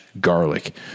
garlic